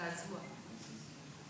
זעזוע.